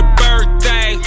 birthday